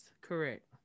correct